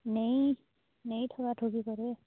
ନାଇଁ ନାଇଁ ଠକାଠକି କରେ